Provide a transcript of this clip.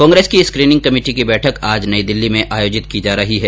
कांग्रेस की screening committee की बैठक आज नई दिल्ली में आयोजित की जा रही है